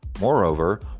Moreover